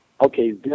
Okay